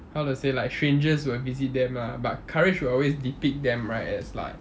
how to say like strangers will visit them lah but courage will always depict them right as like